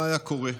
מה היה קורה?